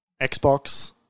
Xbox